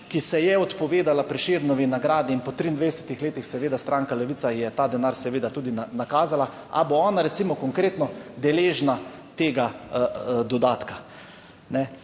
ki se je odpovedala Prešernovi nagradi, in po 23 letih seveda stranka Levica ji je ta denar seveda tudi nakazala, ali bo ona, recimo, konkretno deležna tega dodatka.